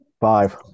Five